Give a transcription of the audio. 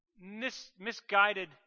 misguided